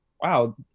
wow